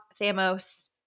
Thamos